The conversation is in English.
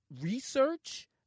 research